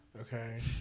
okay